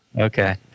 Okay